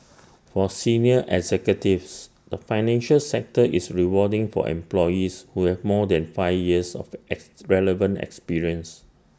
for senior executives the financial sector is rewarding for employees who have more than five years of ex relevant experience